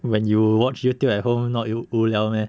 when you watch youtube at home not you 无聊 meh